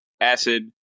Acid